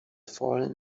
fallen